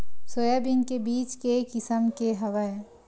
Soybean के बीज के किसम के हवय?